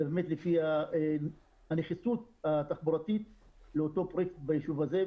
אלא באמת לפי הנחיצות התחבורתית לאותו פרויקט ביישוב הזה.